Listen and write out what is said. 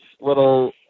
little